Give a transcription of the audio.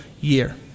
year